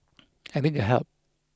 I need your help